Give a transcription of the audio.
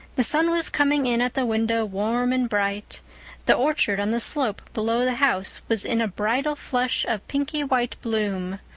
the sun was coming in at the window warm and bright the orchard on the slope below the house was in a bridal flush of pinky-white bloom,